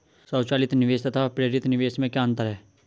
स्वचालित निवेश तथा प्रेरित निवेश में क्या अंतर है?